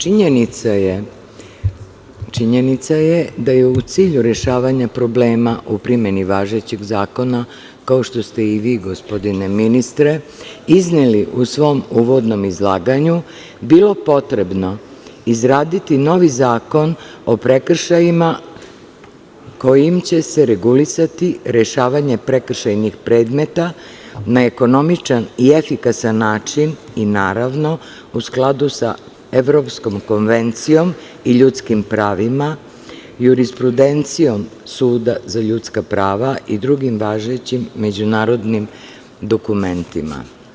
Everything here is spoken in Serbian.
Činjenica je da je u cilju rešavanja problema u primeni važećeg zakona, kao što ste i vi gospodine ministre izneli u svom uvodnom izlaganju, bilo potrebno izraditi novi zakon o prekršajima kojim će se regulisati rešavanje prekršajnih predmeta na ekonomičan i efikasan način, naravno, u skladu sa Evropskom konvencijom o ljudskim pravima, jurisprudencijom Suda za ljudska prava i drugim važećim međunarodnim dokumentima.